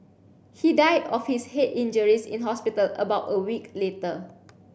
he died of his head injuries in hospital about a week later